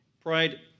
Pride